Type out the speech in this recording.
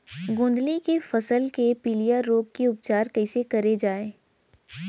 गोंदली के फसल के पिलिया रोग के उपचार कइसे करे जाये?